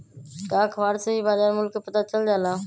का अखबार से भी बजार मूल्य के पता चल जाला?